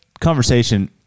conversation